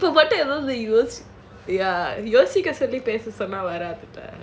then you put whatever யோசிக்க சொல்லி பேச சொன்னா வராதுல:yosika solli pesa sonna varaathula